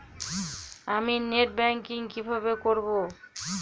আমি net banking কিভাবে করব?